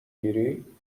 گیری